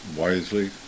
wisely